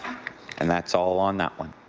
and that's all on that one.